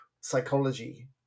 psychology